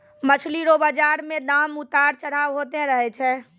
मछली रो बाजार मे दाम उतार चढ़ाव होते रहै छै